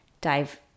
dive